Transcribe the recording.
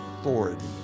authority